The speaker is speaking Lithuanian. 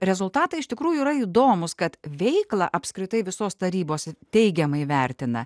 rezultatai iš tikrųjų yra įdomūs kad veiklą apskritai visos tarybos teigiamai vertina